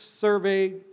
survey